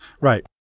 Right